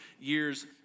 years